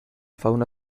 fauna